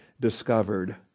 discovered